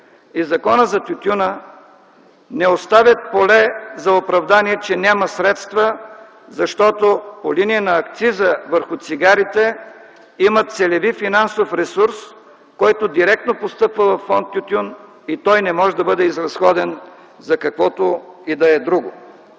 и Законът за тютюна не оставят поле за оправдание, че няма средства, защото по линия на акциза върху цигарите има целеви финансов ресурс, който директно постъпва във фонд „Тютюн”, и той не може да бъде изразходен за каквото и да е друго.